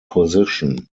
position